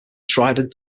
trident